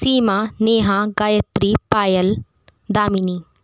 Seema Neha Gayatri Payal Damini